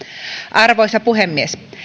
arvoisa puhemies